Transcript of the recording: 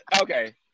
okay